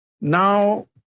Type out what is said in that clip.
Now